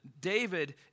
David